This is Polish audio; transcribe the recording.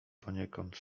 poniekąd